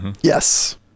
yes